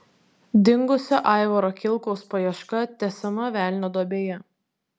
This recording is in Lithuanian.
dingusio aivaro kilkaus paieška tęsiama velnio duobėje